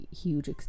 huge